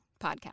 podcast